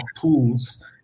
tools